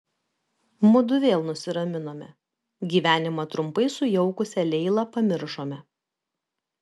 mudu vėl nusiraminome gyvenimą trumpai sujaukusią leilą pamiršome